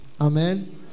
Amen